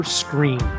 screen